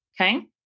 Okay